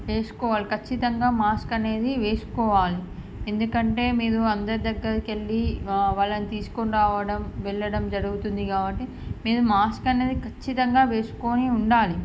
వేసుకోవాలి ఖచ్చితంగా మాస్క్ అనేది వేసుకోవాలి ఎందుకంటే మీరు అందరి దగ్గరకి వెళ్లి వాళ్ళని తీసుకొని రావడం వెళ్లడం జరుగుతుంది కాబట్టి మీరు మాస్క్ అనేది ఖచ్చితంగా వేసుకోని ఉండాలి